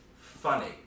funny